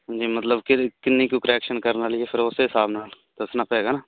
ਜੇ ਮਤਲਬ ਕਿ ਕਿੰਨੀ ਕੁ ਕਰੈਕਸ਼ਨ ਕਰਨ ਵਾਲੀ ਫਿਰ ਉਸੇ ਹਿਸਾਬ ਨਾਲ ਦੱਸਣਾ ਪਏਗਾ ਨਾ